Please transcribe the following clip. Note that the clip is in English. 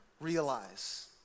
realize